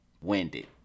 Winded